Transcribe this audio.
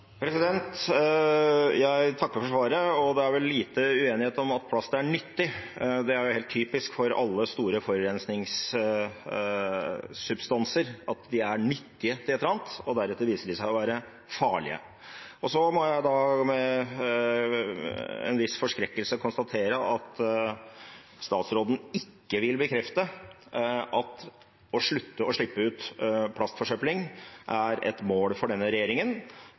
Jeg takker for svaret. Det er vel lite uenighet om at plast er nyttig. Det er jo helt typisk for alle store forurensningssubstanser at de er nyttige til et eller annet, og deretter viser de seg å være farlige. Så må jeg med en viss forskrekkelse konstatere at statsråden ikke vil bekrefte at det å slutte med plastforsøpling er et mål for denne regjeringen.